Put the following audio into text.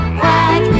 quack